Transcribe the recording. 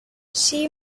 she